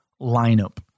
lineup